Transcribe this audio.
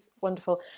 wonderful